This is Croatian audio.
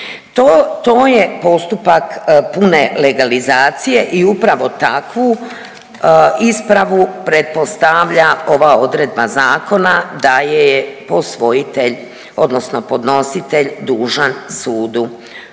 To je postupak pune legalizacije i upravo takvu ispravu pretpostavlja ova odredba zakona da je posvojitelj odnosno podnositelj dužan sudu